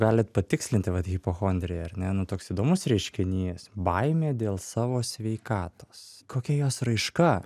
galit patikslinti vat hipochondrija ar ne nu toks įdomus reiškinys baimė dėl savo sveikatos kokia jos raiška